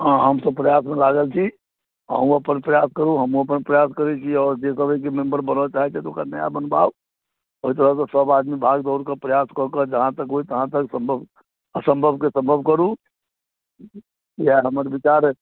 हँ हमसब प्रयासमे लागल छी अहूँ अपन प्रयास करू हमहुँ अपन प्रयास करै छी आओर जे एकर मेंबर बनऽ चाहै छथि ओकरा नया बनबाउ अइ तरहसँ सब आदमी भाग दौड़ कऽ कऽ प्रयास कऽ के जहाँ तक होइ तहाँ तक सम्भव असम्भवके सम्भव करू इएह हमर विचार